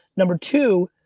number two,